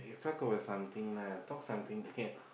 you talk about something lah talk something okay